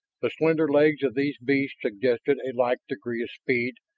the slender legs of these beasts suggested a like degree of speed,